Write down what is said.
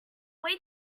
way